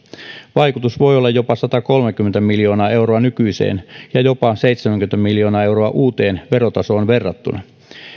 vaikutus voi olla jopa satakolmekymmentä miljoonaa euroa nykyiseen ja jopa seitsemänkymmentä miljoonaa euroa uuteen verotasoon verrattuna